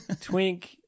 Twink